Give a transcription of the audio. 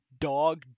dog